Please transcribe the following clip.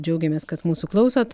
džiaugiamės kad mūsų klausot